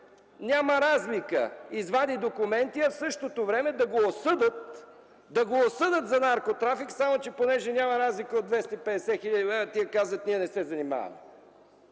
„Няма разлика” и извади документи, а в същото време да го осъдят за наркотрафик, но понеже няма разлика от 250 хил. лв., те казват, че не се занимават.